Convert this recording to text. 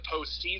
postseason